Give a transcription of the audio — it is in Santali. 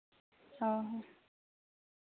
ᱦᱚᱸ ᱦᱚᱸ